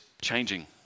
changing